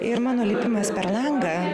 ir mano lipimas per langą